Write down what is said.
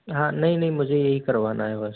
हाँ नहीं नहीं मुझे यही करवाना है बस